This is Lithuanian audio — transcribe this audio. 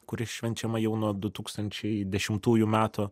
kuri švenčiama jau nuo du tūkstančiai dešimtųjų metų